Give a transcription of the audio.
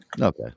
Okay